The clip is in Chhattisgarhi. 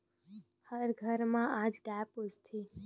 हर घर म आज गाय पोसथे